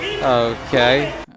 Okay